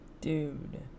Dude